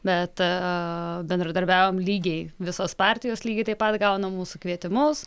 bet bendradarbiavom lygiai visos partijos lygiai taip pat gauna mūsų kvietimus